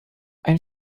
ein